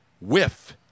whiff